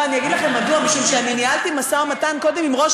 אני אגיד לכם מדוע: משום שניהלתי משא-ומתן קודם עם ראש